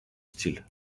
style